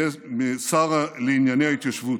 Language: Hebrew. יהיה השר לענייני ההתיישבות.